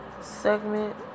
segment